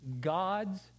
gods